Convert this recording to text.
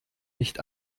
nicht